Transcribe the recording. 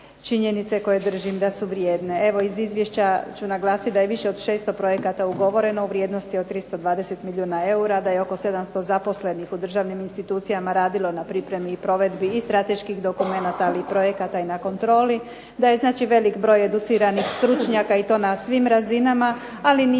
činjenice koje držim da su vrijedne. Evo iz Izvješća ću naglasiti da je više od 600 projekata ugovoreno u vrijednosti od 320 milijuna eura, da je oko 700 zaposlenih u državnim institucijama radilo na pripremi i provedbi i strateških dokumenata ali i projekata i na kontroli. Da je znači velik broj educiranih stručnjaka i to na svim razinama ali nije